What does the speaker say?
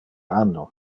anno